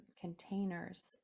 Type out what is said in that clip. containers